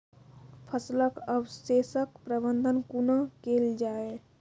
फसलक अवशेषक प्रबंधन कूना केल जाये?